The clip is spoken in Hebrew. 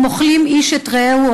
הם אוכלים איש את רעהו,